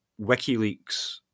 WikiLeaks